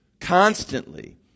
constantly